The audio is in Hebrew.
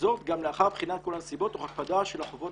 וזאת גם לאחר בחינת כל הנסיבות תוך הקפדה של החובות